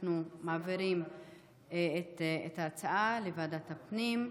אנחנו מעבירים את ההצעה לסדר-היום לוועדת הפנים.